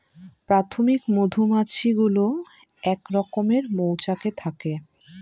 প্রাথমিক মধুমাছি গুলো এক রকমের মৌচাকে থাকে